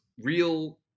real